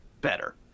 better